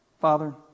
Father